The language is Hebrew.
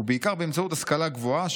ובעיקר באמצעות השכלה גבוהה,